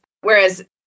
whereas